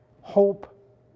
hope